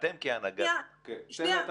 אתם כהנהגת --- שנייה.